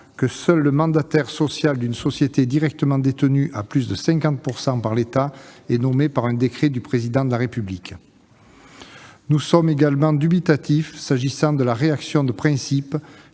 que seul le mandataire social d'une société directement détenue à plus de 50 % par l'État est nommé par un décret du Président de la République. Nous sommes également dubitatifs s'agissant de la réaction de principe